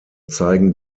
zeigen